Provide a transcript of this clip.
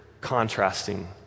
contrasting